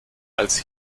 als